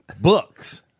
books